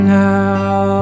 now